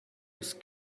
use